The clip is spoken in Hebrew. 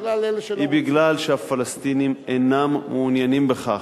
היא שהפלסטינים אינם מעוניינים בכך.